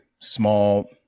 small